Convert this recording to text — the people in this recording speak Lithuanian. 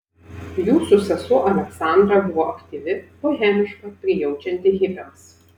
jūsų sesuo aleksandra buvo aktyvi bohemiška prijaučianti hipiams